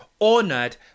honored